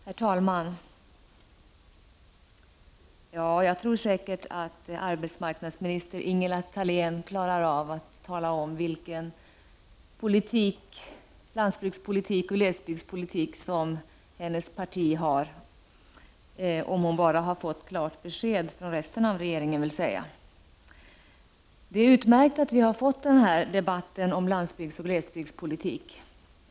Herr talman! Jag tror säkert att arbetsmarknadsminister Ingela Thalén klarar av att tala om vilken landsbygdsoch glesbygdspolitik som hennes parti förespråkar — men det gäller ju då att hon har fått klart besked från regeringen i övrigt. Det är utmärkt att vi fått möjlighet att föra den här debatten om landsbygdsoch glesbygdspolitiken.